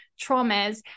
traumas